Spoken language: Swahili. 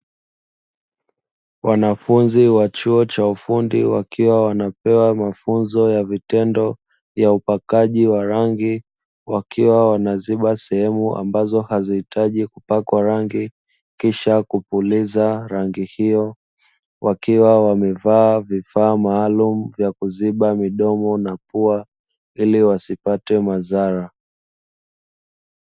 Wanafunzi wa chuo cha ufundi wakiwa wanapewa mafunzo ya vitendo ya upakaji wa rangi, wakiwa wanaziba sehemu ambazo hazihitaji kupakwa rangi kisha kupuliza rangi hiyo, wakiwa wamevaa vifaa maalumu vya kuziba midomo na pua ili wasipate madhara.